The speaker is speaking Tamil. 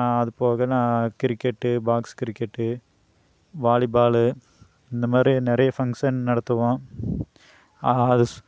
அதுபோக நா கிரிக்கெட் பாக்ஸ் கிரிக்கெட் வாலிபால் இந்த மாதிரி நிறைய ஃபங்க்ஷன் நடத்துவோம் அது ஸ்